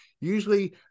Usually